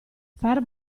far